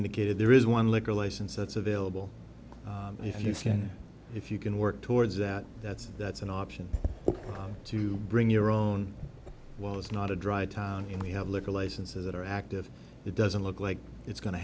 indicated there is one liquor license that's available if you see and if you can work towards that that's that's an option to bring your own was not a dry time and we have liquor licenses that are active it doesn't look like it's going to